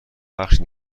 بخش